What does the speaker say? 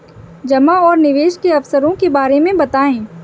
जमा और निवेश के अवसरों के बारे में बताएँ?